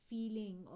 feeling